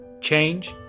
Change